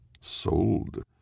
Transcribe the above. sold